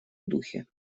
духе